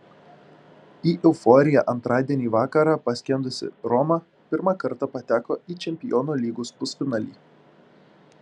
į euforiją antradienį vakarą paskendusi roma pirmą kartą pateko į čempionų lygos pusfinalį